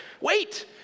Wait